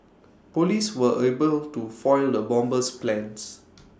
Police were able to foil the bomber's plans